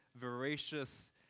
voracious